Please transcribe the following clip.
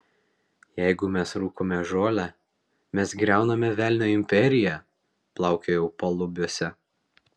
jeigu mes rūkome žolę mes griauname velnio imperiją plaukiojau palubiuose